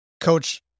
Coach